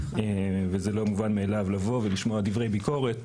וזה לא מבון מאליו לבוא ולשמוע דברי ביקורת.